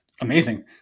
amazing